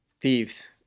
thieves